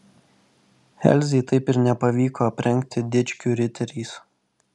elzei taip ir nepavyko aprengti dičkių riteriais